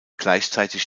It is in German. gleichzeitig